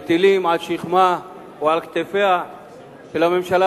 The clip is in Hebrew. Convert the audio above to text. מטילים על שכמה או על כתפיה של הממשלה